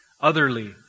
otherly